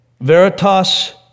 veritas